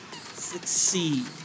succeed